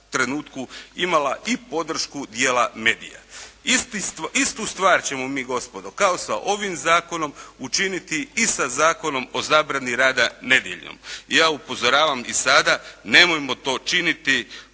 trenutku imala i podršku dijela medija. Istu stvar ćemo mi gospodo kao sa ovim zakonom učiniti i sa Zakonom o zabrani rada nedjeljom. I ja upozoravam i sada, nemojmo to činiti.